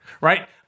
right